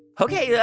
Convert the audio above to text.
ok, yeah